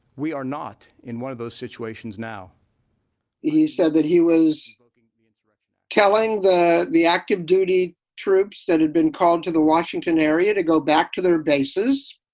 we are not in one of those situations now he said that he was looking. and sort of telling the the active duty troops that had been called to the washington area to go back to their bases,